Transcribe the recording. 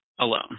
alone